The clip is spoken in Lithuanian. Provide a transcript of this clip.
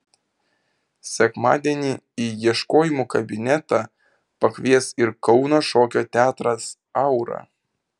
sekmadienį į ieškojimų kabinetą pakvies ir kauno šokio teatras aura